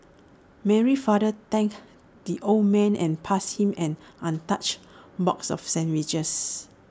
Mary's father thanked the old man and passed him an untouched box of sandwiches